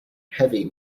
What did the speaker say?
heavy